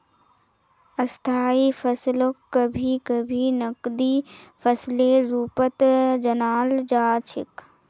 स्थायी फसलक कभी कभी नकदी फसलेर रूपत जानाल जा छेक